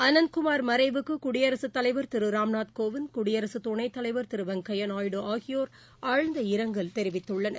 அனந்த்குமார் மறைவுக்கு குடியரசுத்தலைவர் திரு ராம்நாத் கோவிந்த் குடியரசு துணைத்தலைவர் திரு வெங்கையா நாயுடு ஆகியோர் ஆழ்ந்த இரங்கல் தெரிவித்துள்ளனர்